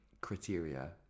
criteria